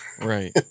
Right